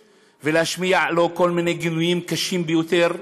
ולהשמיע לו כל מיני גינויים קשים ביותר,